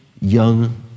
young